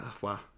wow